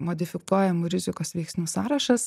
modifikuojamų rizikos veiksnių sąrašas